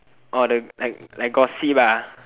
oh the like like gossip ah